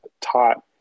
taught